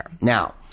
Now